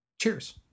Cheers